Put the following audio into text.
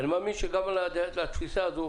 אני מאמין שיש גם מחלוקות על דעה זו